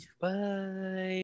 Bye